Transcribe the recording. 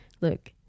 look